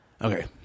Okay